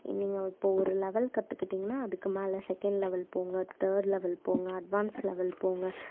நீங்கள் இப்போ ஒரு லெவல் கற்றுக்கிட்டீங்கன்னா அதுக்கு மேலே செகண்ட் லெவல் போங்க தேர்ட் லெவல் போங்க அட்வான்ஸ் லெவல் போங்க